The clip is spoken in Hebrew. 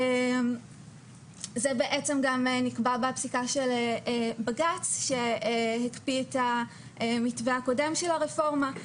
זה בעצם נקבע בהחלטה של בג"צ שהקפיא את המתווה הקודם של הרפורמה.